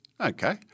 Okay